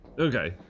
Okay